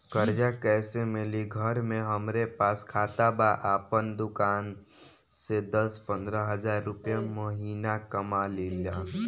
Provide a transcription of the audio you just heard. कर्जा कैसे मिली घर में हमरे पास खाता बा आपन दुकानसे दस पंद्रह हज़ार रुपया महीना कमा लीला?